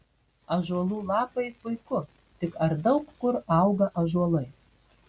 ąžuolų lapai puiku tik ar daug kur auga ąžuolai